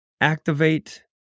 activate